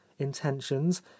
Intentions